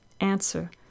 Answer